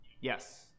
Yes